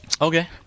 Okay